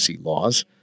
laws